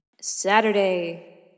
Saturday